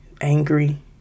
angry